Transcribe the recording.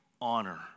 honor